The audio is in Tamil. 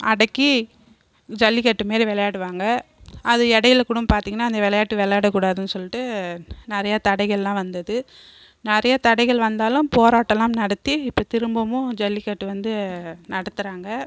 அடக்கி ஜல்லிக்கட்டு மாரி விளையாடுவாங்க அது இடையில கூட பார்த்திங்கன்னா அந்த விளையாட்டு விளையாடக்கூடாதுன்னு சொல்லிட்டு நிறையா தடைகள் எல்லாம் வந்தது நிறையா தடைகள் வந்தாலும் போராட்டல்லாம் நடத்தி இப்போ திரும்பவும் ஜல்லிக்கட்டு வந்து நடத்துறாங்க